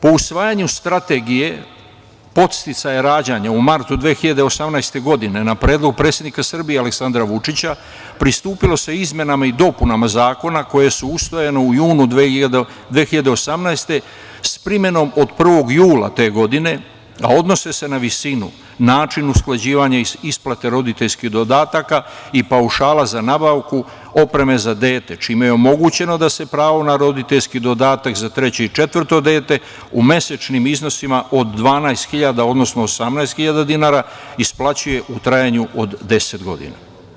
Po usvajanju Strategije podsticaja rađanja u martu 2018. godine, na predlog predsednik Srbije Aleksandra Vučića pristupilo se izmenama i dopunama Zakona koje su usvojene u junu 2018. godine s primenom od 1. jula te godine, a odnose se na visinu, način usklađivanja isplate roditeljskih dodataka i paušala za nabavku opreme za dete, čime je omogućeno da se pravo na roditeljski dodatak za treće i četvrto dete u mesečnim iznosima od 12.000, odnosno 18.000 dinara isplaćuje u trajanju od 10 godina.